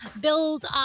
build